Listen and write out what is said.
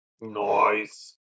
Nice